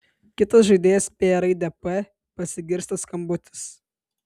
kitas žaidėjas spėja raidę p pasigirsta skambutis